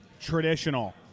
traditional